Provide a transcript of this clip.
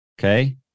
Okay